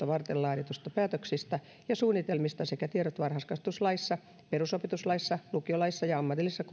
varten laadituista päätöksistä ja suunnitelmista sekä tiedot varhaiskasvatuslaissa perusopetuslaissa lukiolaissa ja ammatillisesta